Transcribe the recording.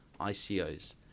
ICOs